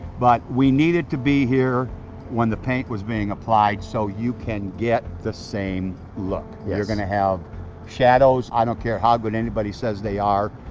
but we needed to be here when the paint was being applied, so you can get the same look. yeah you're gonna have shadows, i don't care how good anybody says they are,